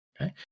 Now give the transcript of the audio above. okay